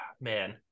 man